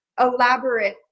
elaborate